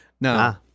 no